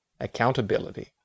accountability